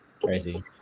crazy